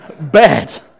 Bad